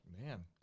man